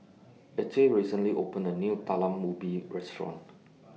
Acey recently opened A New Talam Ubi Restaurant